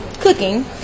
cooking